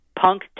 punk